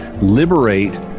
liberate